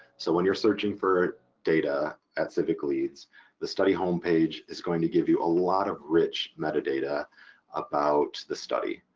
so when you're searching for data at civicleads the study homepage is going to give you a lot of rich metadata about the study.